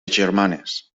germanes